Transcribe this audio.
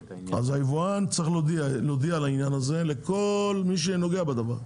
היבואן צריך להודיע על זה לכל מי שנוגע בדבר.